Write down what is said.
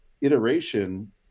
iteration